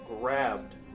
grabbed